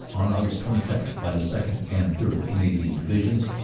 on aug. twenty seven by the second. and third. canadian divi sions,